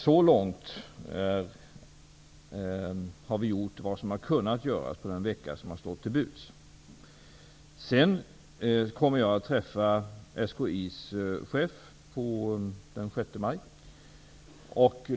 Så långt har vi gjort vad som har kunnat göras på den vecka som har stått till buds. Jag kommer att träffa SKI:s chef den 6 maj.